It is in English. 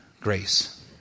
grace